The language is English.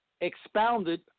expounded